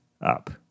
up